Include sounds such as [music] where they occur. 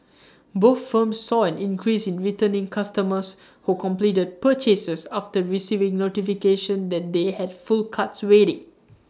[noise] both firms saw an increase in returning customers who completed purchases after receiving notifications that they had full carts waiting [noise]